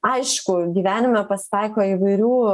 aišku gyvenime pasitaiko įvairių